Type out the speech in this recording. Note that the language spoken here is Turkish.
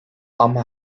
ama